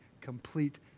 complete